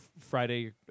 Friday